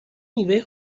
میوه